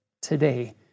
today